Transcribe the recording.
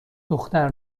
دختر